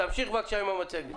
תמשיך, בבקשה, עם המצגת.